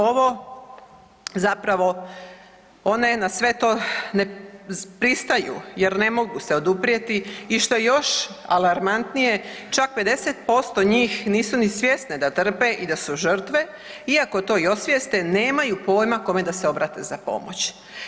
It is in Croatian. Ovo zapravo one na sve to ne pristaju jer ne mogu se oduprijeti i što je još alarmantnije, čak 50% njih nisu ni svjesne da trpe i da su žrtve i ako to i osvijeste nemaju pojma kome da se obrate za pomoć.